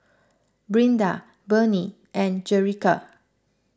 Brinda Bernie and Jerica